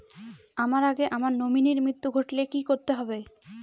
আমার আগে আমার নমিনীর মৃত্যু ঘটলে কি করতে হবে?